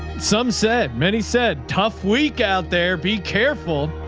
some said many said tough week out there, be careful.